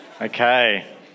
Okay